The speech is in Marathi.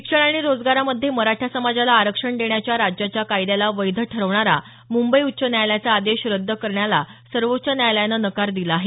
शिक्षण आणि रोजगारामध्ये मराठा समाजाला आरक्षण देण्याच्या राज्याच्या कायद्याला वैध ठरवणारा मुंबई उच्च न्यायालयाचा आदेश रद्द करण्याला सर्वोच्च न्यायालयानं नकार दिला आहे